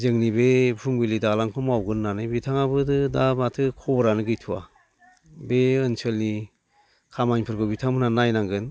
जोंनि बे फुंबिलि दालांखौ मावगोन होननानै बिथाङाबोदो दा माथो खबरानो गैथ'आ बे ओनसोलनि खामानिफोरबो बिथांमोनहा नायनांगोन